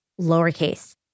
lowercase